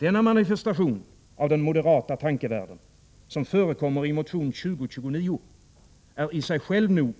Denna manifestation av den moderata tankevärlden, som förekommer i motion 2029, är i sig själv nog